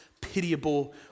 pitiable